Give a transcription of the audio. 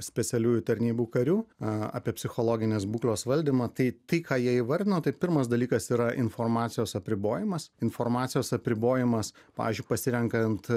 specialiųjų tarnybų karių apie psichologinės būklės valdymą tai tai ką jie įvardino tai pirmas dalykas yra informacijos apribojimas informacijos apribojimas pavyzdžiui pasirenkant